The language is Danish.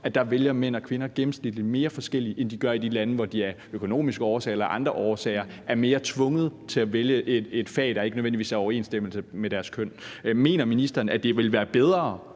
at der vælger mænd og kvinder gennemsnitligt mere forskelligt, end de gør i de lande, hvor de af økonomiske årsager eller af andre årsager er mere tvunget til at vælge et fag, der ikke nødvendigvis er i overensstemmelse med deres køn. Mener ministeren, at det ville være bedre,